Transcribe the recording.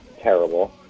terrible